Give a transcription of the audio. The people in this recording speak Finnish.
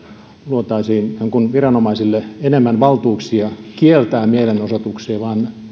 luotaisiin ikään kuin viranomaisille enemmän valtuuksia kieltää mielenosoituksia vaan